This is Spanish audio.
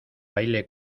baile